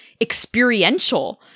experiential